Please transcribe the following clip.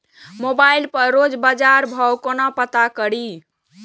Mobile पर रोज बजार भाव कोना पता करि?